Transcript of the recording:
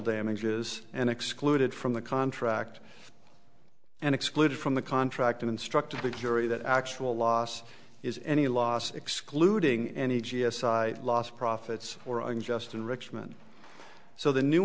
damages and excluded from the contract and excluded from the contract to instruct the jury that actual loss is any loss excluding any g s side lost profits or unjust enrichment so the new